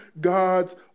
God's